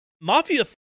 Mafia